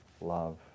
love